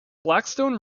blackstone